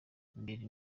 imbere